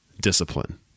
discipline